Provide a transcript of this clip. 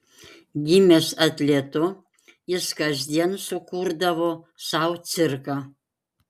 gimęs atletu jis kasdien sukurdavo sau cirką